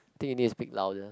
think you need to speak louder